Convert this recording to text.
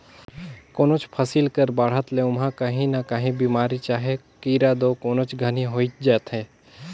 कोनोच फसिल कर बाढ़त ले ओमहा काही न काही बेमारी चहे कीरा दो कोनोच घनी होइच जाथे